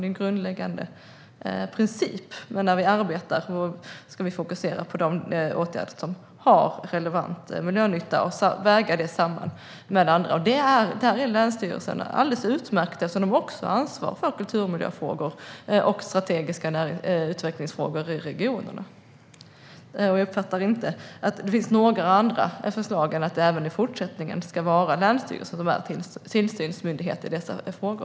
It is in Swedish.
Det är en grundläggande princip, men när vi arbetar ska vi fokusera på de åtgärder som har relevant miljönytta och väga dem samman med andra. Där är länsstyrelserna alldeles utmärkta eftersom de också har ansvar för kulturmiljöfrågor och strategiska utvecklingsfrågor i regionerna. Jag uppfattar inte att det finns några andra förslag än att det även i fortsättningen ska vara länsstyrelsen som är tillsynsmyndighet i dessa frågor.